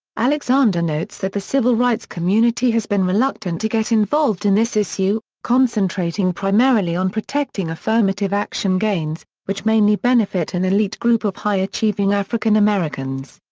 alexander notes that the civil rights community has been reluctant to get involved in this issue, concentrating primarily on protecting affirmative action gains, which mainly benefit an elite group of high-achieving african americans.